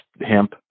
hemp